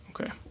okay